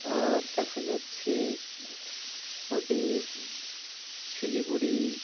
আর দেখা যাচ্ছে আমাদের শিলিগুড়ি